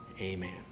amen